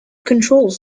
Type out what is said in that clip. controls